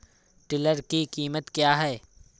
Tiller की कीमत क्या है?